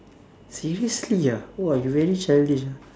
seriously ah !wah! you very childish ah